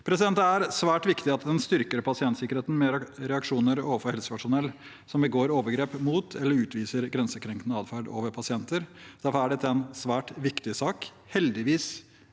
trygghet. Det er svært viktig at en styrker pasientsikkerheten med reaksjoner overfor helsepersonell som begår overgrep mot eller utviser grensekrenkende atferd overfor pasienter. Derfor er dette en svært viktig sak. Heldigvis